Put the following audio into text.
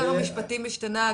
שר המשפטים השתנה,